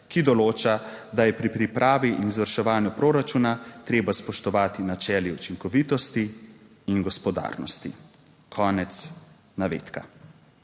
ki določa, da je pri pripravi in izvrševanju proračuna treba spoštovati načelo učinkovitosti in gospodarnosti." - konec navedka.